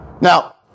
Now